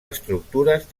estructures